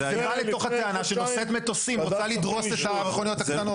זה בא לתוך הטענה שנושאת מטוסים רוצה לדרוס את המכוניות הקטנות.